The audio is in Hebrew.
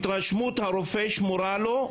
התרשמות הרופא שמורה לו,